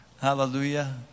hallelujah